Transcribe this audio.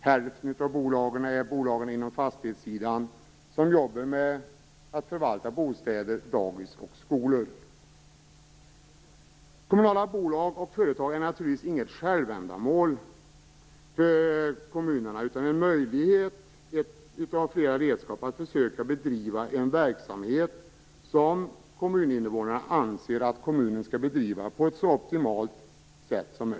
Hälften av bolagen är bolag inom fastighetssidan som jobbar med att förvalta bostäder, dagis och skolor. Kommunala bolag och företag är naturligtvis inget självändamål för kommunerna utan ett av flera redskap att försöka bedriva en verksamhet som kommuninvånarna anser att kommunen skall bedriva, och bedriva optimalt.